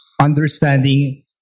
understanding